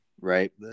right